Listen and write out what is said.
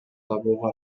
табууга